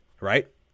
right